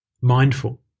mindful